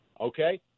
okay